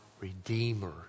Redeemer